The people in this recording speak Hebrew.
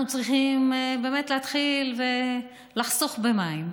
אנחנו צריכים להתחיל לחסוך במים.